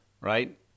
right